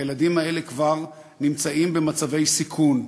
הילדים האלה כבר נמצאים במצבי סיכון.